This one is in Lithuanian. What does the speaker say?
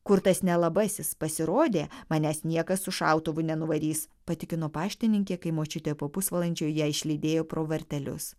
kur tas nelabasis pasirodė manęs niekas su šautuvu nenuvarys patikino paštininkė kai močiutė po pusvalandžio ją išlydėjo pro vartelius